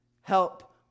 help